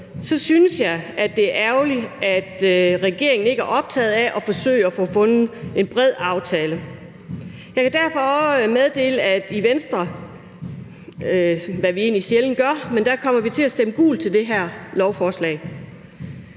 synes jeg, at det er ærgerligt, at regeringen ikke er optaget af at forsøge at få fundet en bred aftale. Jeg kan derfor meddele, at i Venstre, hvad vi egentlig sjældent gør, kommer vi til at stemme gult til det her lovforslag.